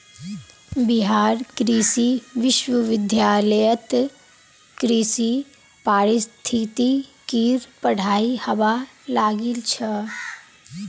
बिहार कृषि विश्वविद्यालयत कृषि पारिस्थितिकीर पढ़ाई हबा लागिल छ